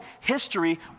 history